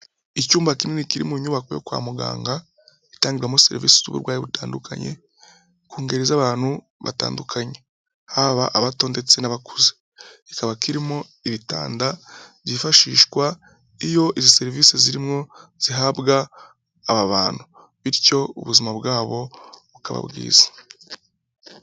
Icyumba kinini kiri mu nyubako yo kwa muganga, itangirwamo serivisi z'uburwayi butandukanye, ku ngeri z'abantu batandukanye; haba abato ndetse n'abakuze. Kikaba kirimo ibitanda byifashishwa iyo izi serivisi zirimo zihabwa aba bantu, bityo ubuzima bwabo bukaba bwiza.